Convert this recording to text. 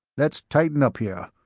let's tighten up, here.